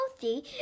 healthy